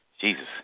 Jesus